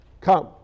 come